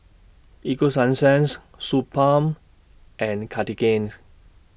Ego Sunsense Suu Balm and Cartigains